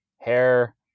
hair